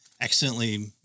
accidentally